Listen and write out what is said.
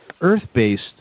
Earth-based